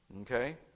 Okay